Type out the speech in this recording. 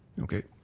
okay.